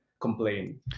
complain